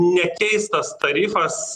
nekeistas tarifas